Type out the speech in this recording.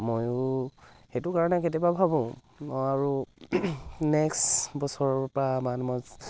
ময়ো সেইটো কাৰণে কেতিয়াবা ভাবোঁ মই আৰু নেক্সট বছৰৰ পৰা মান মই